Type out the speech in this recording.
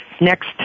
next